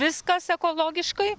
viskas ekologiškai